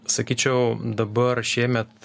sakyčiau dabar šiemet